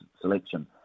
selection